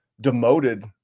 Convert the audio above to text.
demoted